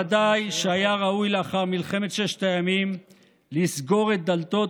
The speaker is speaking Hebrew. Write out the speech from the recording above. ודאי שהיה ראוי לאחר מלחמת ששת הימים לסגור את דלתות